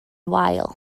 wael